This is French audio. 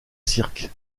cirque